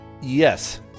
Yes